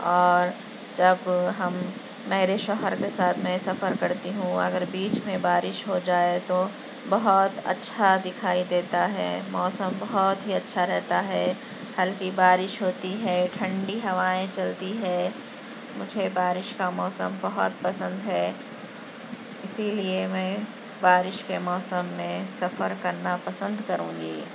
اور جب ہم میرے شوہر کے ساتھ میں سفر کرتی ہوں اگر بیچ میں بارش ہو جائے تو بہت اچھا دکھائی دیتا ہے موسم بہت ہی اچھا رہتا ہے ہلکی بارش ہوتی ہے ٹھنڈی ہوائیں چلتی ہے مجھے بارش کا موسم بہت پسند ہے اسی لیے میں بارش کے موسم میں سفر کرنا پسند کروں گی